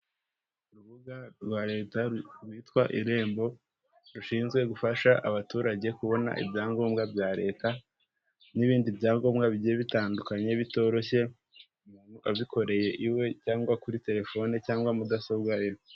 Urubuga rwa leta rwitwa irembo, rushinzwe gufasha abaturage kubona ibyangombwa bya leta n'ibindi byangombwa bigiye bitandukanye bitoroshye, umuntu abikoreye iwe cyangwa kuri telefone cyangwa mudasobwa ye.